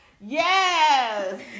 Yes